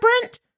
Brent